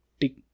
tick